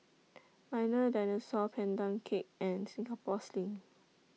Milo Dinosaur Pandan Cake and Singapore Sling